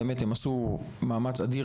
הם עשו מאמץ אדיר.